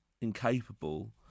incapable